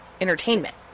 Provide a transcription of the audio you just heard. entertainment